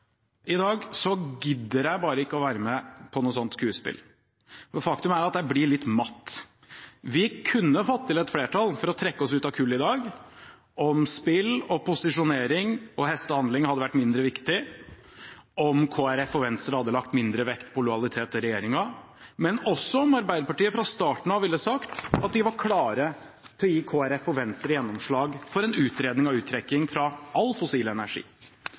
i dag istedenfor å være med å trekke oljefondet ut av kull. Men jeg er ikke bestyrtet. I dag gidder jeg bare ikke å være med på noe sånt skuespill, for faktum er at jeg blir litt matt. Vi kunne fått til et flertall for å trekke oss ut av kull i dag om spill, posisjonering og hestehandel hadde vært mindre viktig, om Kristelig Folkeparti og Venstre hadde lagt mindre vekt på lojalitet til regjeringen, men også om Arbeiderpartiet fra starten av ville sagt at de var klare til å gi Kristelig Folkeparti og Venstre